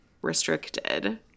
restricted